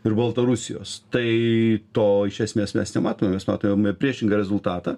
ir baltarusijos tai to iš esmės mes nematome nes matome priešingą rezultatą